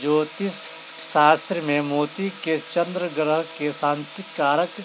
ज्योतिष शास्त्र मे मोती के चन्द्र ग्रह के शांतिक कारक